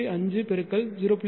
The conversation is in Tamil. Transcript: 5 பெருக்கல் 0